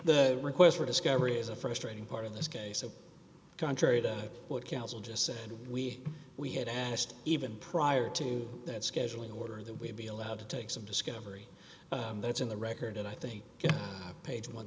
the request for discovery is a frustrating part of this case so contrary to what counsel just said we we had asked even prior to that scheduling order that we be allowed to take some discovery that's in the record and i think page one